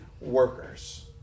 workers